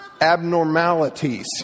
abnormalities